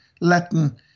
Latin